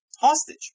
hostage